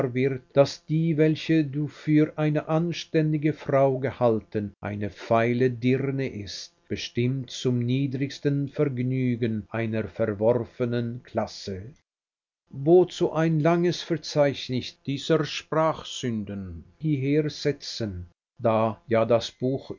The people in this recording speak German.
daß die welche du für eine anständige frau gehalten eine feile dirne ist bestimmt zum niedrigsten vergnügen einer verworfenen klasse wozu ein langes verzeichnis dieser sprachsünden hieher setzen da ja das buch